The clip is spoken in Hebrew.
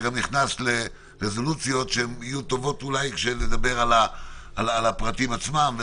נכנס לרזולוציות שיהיו טובות כשנדבר על הפרטים עצמם.